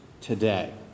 today